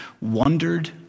Wondered